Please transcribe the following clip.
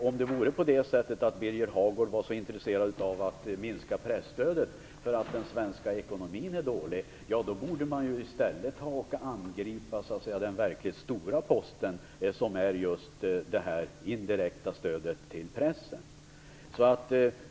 Om Birger Hagård vore intresserad av att minska presstödet för att den svenska ekonomin är dålig borde han i stället angripa den verkligt stora posten, dvs. just detta indirekta stöd till pressen.